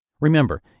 Remember